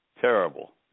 Terrible